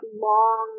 long